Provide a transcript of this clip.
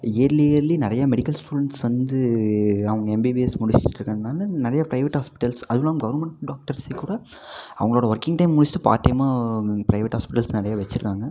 yearly early நிறையா medical students வந்து அவங்க எம்பிபிஎஸ் முடிச்சுட்டு இருக்கிறனால நிறைய பிரைவேட் ஹாஸ்பிட்டல்ஸ் அதுவும் இல்லாமல் கவுர்ன்மெண்ட் டாக்டர்ஸ் கூட அவங்களோட ஒர்கிங் டைம் முடிச்சுட்டு பார்ட் டைமாக பிரைவேட் ஹாஸ்பிட்டல்ஸ் நிறைய வச்சுருக்காங்க